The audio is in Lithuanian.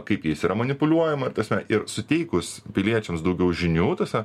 kaip jais yra manipuliuojama tasme ir suteikus piliečiams daugiau žinių tasme